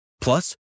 Plus